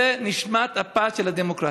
זו נשמת אפה של הדמוקרטיה.